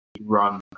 run